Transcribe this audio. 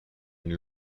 une